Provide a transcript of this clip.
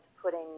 putting